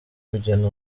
kugena